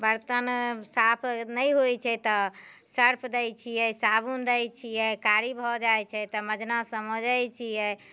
बर्तन साफ नहि होइत छै तऽ सर्फ दय छियै साबुन दय छियै कारी भऽ जाइत छै तऽ मजनासँ मजैत छियै